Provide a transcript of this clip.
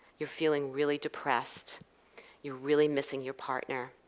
you're feeling really depressed you're really missing your partner.